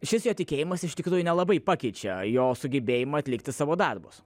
šis jo tikėjimas iš tikrųjų nelabai pakeičia jo sugebėjimą atlikti savo darbus